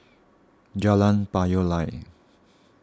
Jalan Payoh Lai